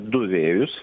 du vėjus